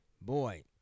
Boy